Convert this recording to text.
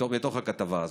שהיו בכתבה הזאת: